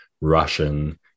Russian